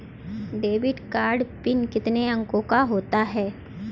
Debit card PIN कितने अंकों का होता है?